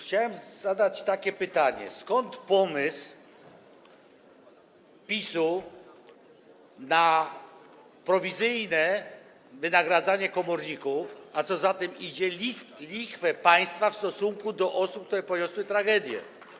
Chciałbym zadać takie pytanie: Skąd pomysł PiS-u na prowizyjne wynagradzanie komorników, a co za tym idzie lichwę państwa w stosunku do osób, które poniosły tragedię?